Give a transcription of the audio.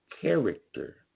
character